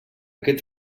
aquest